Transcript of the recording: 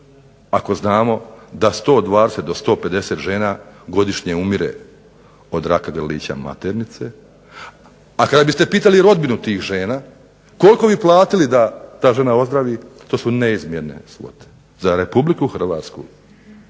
ako znamo da 120 do 150 žena godišnje umire od raka grlića maternice, a kada biste pitali rodbinu tih žena, koliko bi platili da ta žena ozdravi. To su neizmjerne svote. Za RH, za zdravstvo